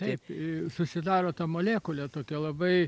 taip susidaro ta molekulė tokia labai